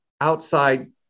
outside